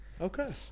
Okay